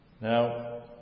Now